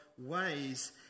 ways